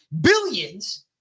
billions